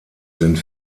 sind